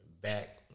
back